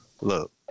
Look